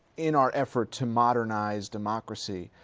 in our effort to modernize democracy,